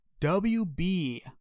WB